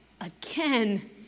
again